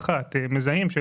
למשל,